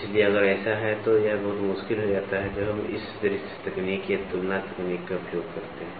इसलिए अगर ऐसा है तो यह बहुत मुश्किल हो जाता है जब हम इस दृश्य तकनीक या तुलना तकनीक का उपयोग करते हैं